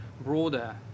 broader